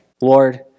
Lord